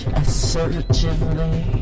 assertively